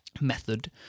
method